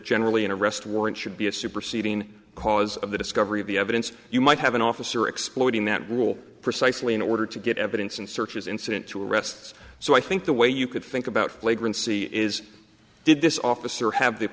generally an arrest warrant should be a superseding because of the discovery of the evidence you might have an officer exploiting that rule precisely in order to get evidence and searches incident to arrests so i think the way you could think about flagrant see is did this officer have the